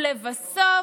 לבסוף,